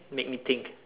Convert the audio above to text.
make me think